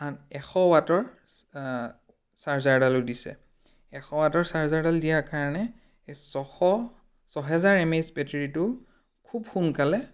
হান এশ ৱাটৰ চাৰ্জাৰডালো দিছে এশ ৱাটৰ চাৰ্জাৰডাল দিয়াৰ কাৰণে এই ছশ ছহেজাৰ এম এইচ বেটেৰিটো খুব সোনকালে